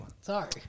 Sorry